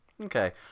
okay